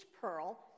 pearl